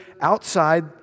outside